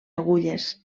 agulles